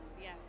yes